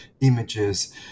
images